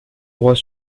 droit